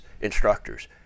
instructors